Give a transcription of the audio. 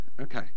Okay